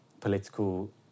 political